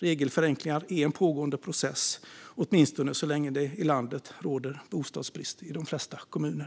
Regelförenklingar är en pågående process, åtminstone så länge det råder bostadsbrist i de flesta av landets kommuner.